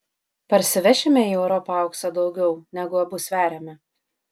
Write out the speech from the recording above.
parsivešime į europą aukso daugiau negu abu sveriame